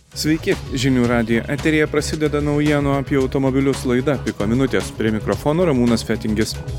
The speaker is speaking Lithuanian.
sveiki žinių radijo eteryje prasideda naujienų apie automobilius laida piko minutės prie mikrofono ramūnas fetingis